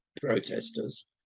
protesters